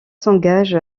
s’engage